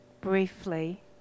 briefly